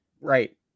Right